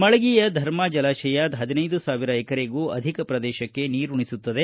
ಮಳಗಿಯ ಧರ್ಮಾ ಜಲಾತಯ ಪದಿನೈದು ಸಾವಿರ ಎಕರೆಗೂ ಅಧಿಕ ಪ್ರದೇಶಕ್ಕೆ ನೀರುಣಿಸುತ್ತದೆ